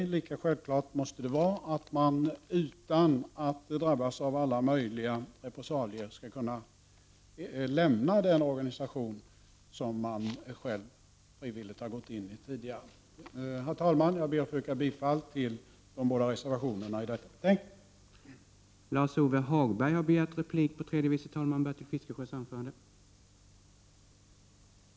Men lika självklart måste det vara att man utan att behöva drabbas av alla möjliga repressalier skall kunna lämna den organisation som man tidigare frivilligt gått med i. Herr talman! Jag yrkar bifall till de båda reservationerna i detta betänkande.